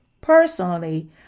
Personally